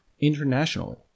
internationally